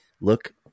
Look